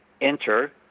enter